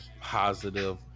positive